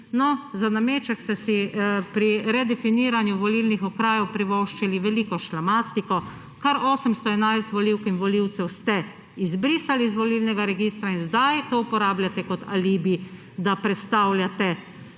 za nameček ste si pri redefiniranju volilnih okrajev privoščili veliko šlamastiko, kar 811 volivk in volivcev ste izbrisali iz volilnega registra in zdaj to uporabljate kot alibi, da prestavljate